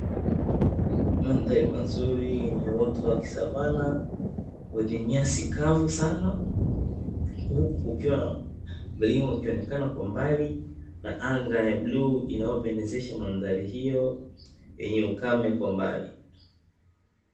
Mandhari mazuri yenye uoto wa kisavana; wenye nyasi kavu sana, huku kukiwa na mlima ukionekana kwa mbali na anga ya bluu inayopendezesha mandhari hiyo yenye ukame kwa mbali.